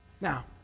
Now